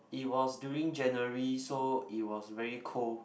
it was during January so it was very cold